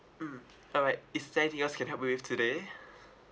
mm alright is there anything else I can help you with today